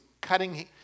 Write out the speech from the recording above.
cutting